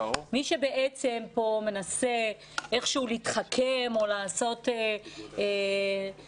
מי שבעצם פה מנסה איכשהו להתחכם או לעשות מה